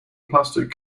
plastic